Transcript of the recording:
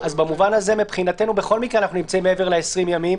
במובן הזה מבחינתנו בכל מקרה אנחנו נמצאים מעבר ל-20 ימים,